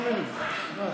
לא מבין את זה.